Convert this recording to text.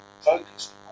focused